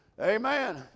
Amen